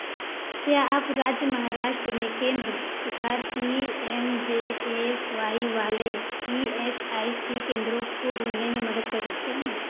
क्या आप राज्य महाराष्ट्र में केंद्र प्रकार P M J A Y वाले ई एस आई सी केंद्रों को ढूँढने में मदद कर सकते हैं